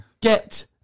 Get